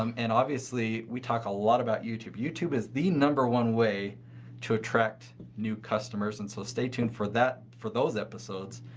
um and obviously, we talked a lot about youtube. youtube is the number one way to attract new customers and so stay tuned for that, for those episodes.